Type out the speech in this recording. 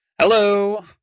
hello